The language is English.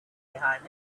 behind